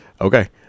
okay